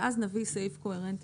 ואז נביא סעיף קוהרנטי